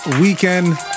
weekend